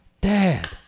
Dad